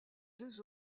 deux